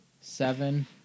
Seven